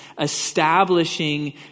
establishing